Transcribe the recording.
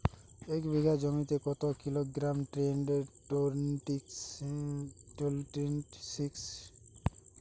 এক বিঘা জমিতে কত kilogram ten twenty six twenty six fertiliser দেবো?